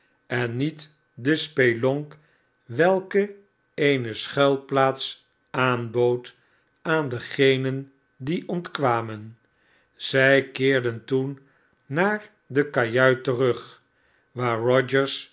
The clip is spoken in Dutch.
en niet de spelonk welke eene schuilplaats aanbood aan degenen die ontkwamen zy keerden toen naar de kajuit terug waar